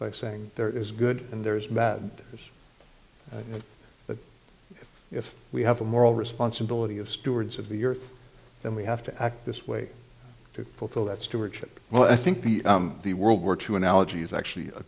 by saying there is good and there is bad but if we have a moral responsibility of stewards of the earth then we have to act this way to fulfill that stewardship well i think the the world war two analogy is actually a